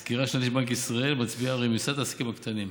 הסקירה השנתית של בנק ישראל מצביעה על רמיסת העסקים הקטנים.